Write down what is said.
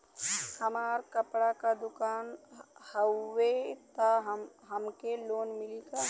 हमार कपड़ा क दुकान हउवे त हमके लोन मिली का?